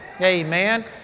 Amen